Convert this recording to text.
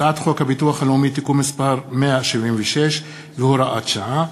הצעת חוק הביטוח הלאומי (תיקון מס' 176 והוראת שעה),